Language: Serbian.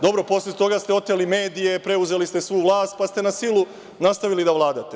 Dobro, posle toga ste oteli medije, preuzeli ste svu vlast, pa ste na silu nastavili da vladate.